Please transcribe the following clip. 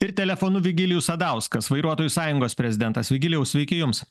ir telefonu vigilijus sadauskas vairuotojų sąjungos prezidentas vigilijau sveiki jums